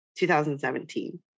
2017